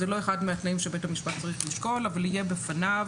לא אחד מהתנאים שבית המשפט צריך לשקול אבל יהיה בפניו